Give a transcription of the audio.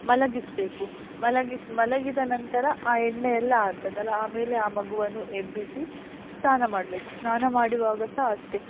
ಮಲಗಿಸಬೇಕು ಮಲಗಿಸಿ ಮಲಗಿದ ನಂತರ ಆ ಎಣ್ಣೆಯೆಲ್ಲ ಆಗ್ತದಲ್ಲ ಆಮೇಲೆ ಆ ಮಗುವನ್ನು ಎಬ್ಬಿಸಿ ಸ್ನಾನ ಮಾಡಬೇಕು ಸ್ನಾನ ಮಾಡುವಾಗ ಸಹ ಅಷ್ಟೇ